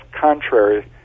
contrary